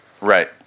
Right